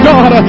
God